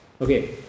Okay